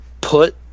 put